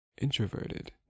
introverted